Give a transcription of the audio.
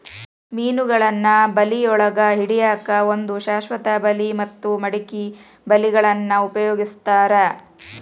ಮೇನಗಳನ್ನ ಬಳಿಯೊಳಗ ಹಿಡ್ಯಾಕ್ ಒಂದು ಶಾಶ್ವತ ಬಲಿ ಮತ್ತ ಮಡಕಿ ಬಲಿಗಳನ್ನ ಉಪಯೋಗಸ್ತಾರ